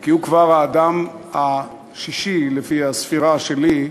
כי הוא כבר האדם השישי, לפי הספירה שלי,